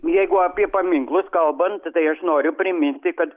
jeigu apie paminklus kalbant tai aš noriu priminti kad